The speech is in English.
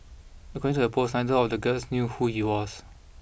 according to the post neither of the girls knew who he was